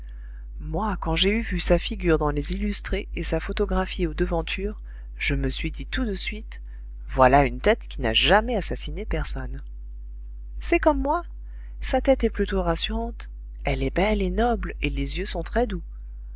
moi quand j'ai eu vu sa figure dans les illustrés et sa photographie aux devantures je me suis dit tout de suite voilà une tête qui n'a jamais assassiné personne c'est comme moi sa tête est plutôt rassurante elle est belle et noble et les yeux sont très doux